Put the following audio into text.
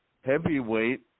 heavyweight